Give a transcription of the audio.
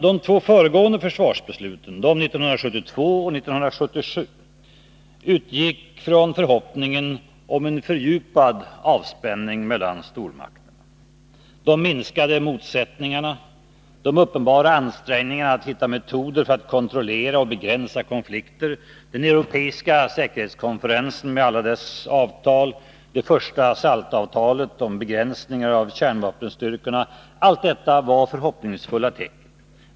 De två föregående försvarsbesluten, de 1972 och 1977, utgick från förhoppningen om en fördjupad avspänning mellan stormakterna. De minskade motsättningarna, de uppenbara ansträngningarna att hitta metoder för att kontrollera och begränsa konflikter, den europeiska säkerhetskonferensen med alla dess avtal, det första SALT-avtalet om begränsningarna av kärnvapenstyrkorna — allt detta var hoppfulla tecken.